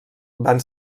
van